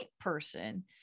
person